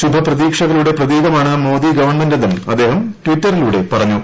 ശുഭ പ്രതീക്ഷകളുടെ പ്രതീകമാണ് മോദി ഗവൺമെന്റെന്നും അദ്ദേഹം ടിറ്ററിലൂടെ പറഞ്ഞു